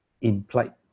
implied